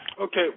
Okay